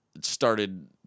Started